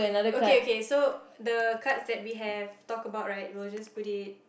okay okay so the cards that we have talked about right we'll just put it